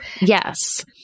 Yes